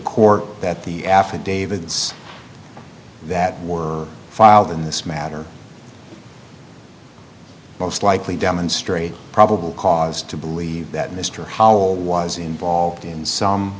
court that the affidavits that were filed in this matter most likely demonstrate probable cause to believe that mr howell was involved in some